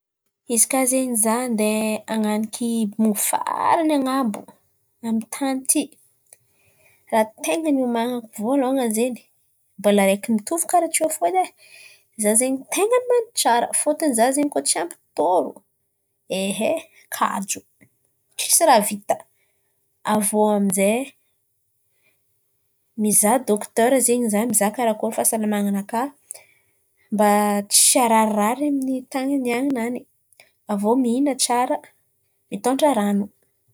Izy kà zen̈y andeha hananiky bongo farany an̈abo ami'ny tany ity, ràha ten̈a ny hiomanako vôlohany zen̈y mbola araiky mitovy kàra teo fo edy e. Izaho zen̈y ten̈a mandry tsara, fôtony izaho zen̈y kôa efa tsy ampy tôro kajo tsisy ràha vita. Avy îô amin'izay mizàha dokotera zen̈y izaho mizàha fahasalaman̈anàka mba tsy hararirary amin'ny tan̈y andihan̈ana an̈y. Avy iô mihinà tsara, mitôndra rano.